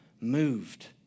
moved